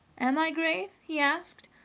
am i grave? he asked.